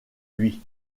lui